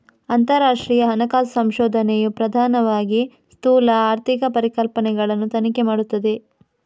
ಅಂತರರಾಷ್ಟ್ರೀಯ ಹಣಕಾಸು ಸಂಶೋಧನೆಯು ಪ್ರಧಾನವಾಗಿ ಸ್ಥೂಲ ಆರ್ಥಿಕ ಪರಿಕಲ್ಪನೆಗಳನ್ನು ತನಿಖೆ ಮಾಡುತ್ತದೆ